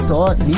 Thought